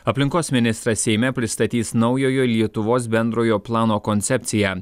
aplinkos ministras seime pristatys naujojo lietuvos bendrojo plano koncepciją